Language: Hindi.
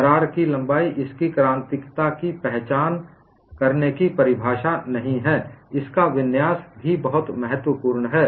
दरार की लंबाई इसकी क्रांतिकता की पहचान करने की परिभाषा नहीं है इसका विन्यास भी बहुत महत्वपूर्ण है